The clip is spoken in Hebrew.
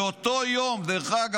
לא את הצבע.